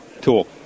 tool